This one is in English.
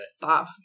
Bob